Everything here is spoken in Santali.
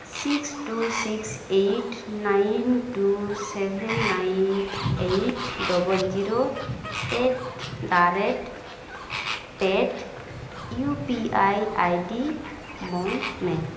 six two six eight nine two seven nine eight double zero at the rate pet UPI I ID ᱵᱚᱱᱫᱽ ᱢᱮ